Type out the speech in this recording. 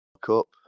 Cup